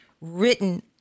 written